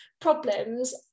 problems